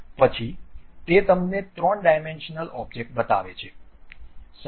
પછી તે તમને 3 ડાયમેન્શનલ ઓબ્જેક્ટ બતાવે છે